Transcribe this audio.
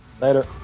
Later